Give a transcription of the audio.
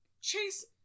Chase